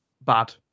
bad